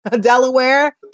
Delaware